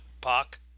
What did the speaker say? Park